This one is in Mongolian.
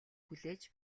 хүлээж